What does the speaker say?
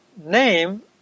name